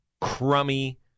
crummy